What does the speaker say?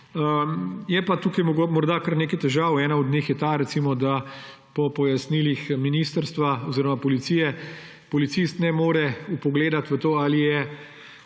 Je pa tukaj morda kar nekaj težav. Ena od njih je recimo ta, da po pojasnilih ministrstva oziroma policije policist ne more vpogledati v to, ali je